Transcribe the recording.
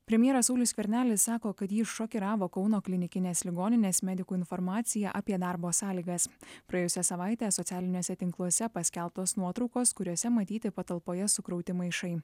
premjeras saulius skvernelis sako kad jį šokiravo kauno klinikinės ligoninės medikų informacija apie darbo sąlygas praėjusią savaitę socialiniuose tinkluose paskelbtos nuotraukos kuriose matyti patalpoje sukrauti maišai